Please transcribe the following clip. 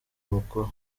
mukuru